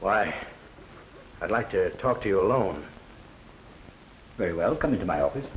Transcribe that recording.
why i'd like to talk to you alone very well come to my office